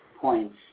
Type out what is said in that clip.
points